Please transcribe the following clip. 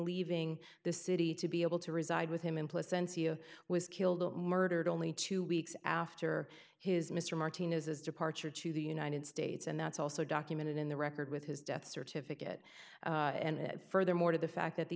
leaving the city to be able to reside with him in place and was killed murdered only two weeks after his mr martinez's departure to the united states and that's also documented in the record with his death certificate and it furthermore to the fact that the